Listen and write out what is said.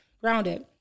grounded